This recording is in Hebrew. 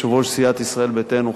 יושב-ראש סיעת ישראל ביתנו,